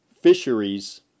Fisheries